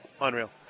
Unreal